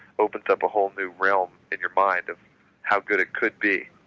opens up a whole new realm in your mind of how good it could be.